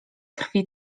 krwi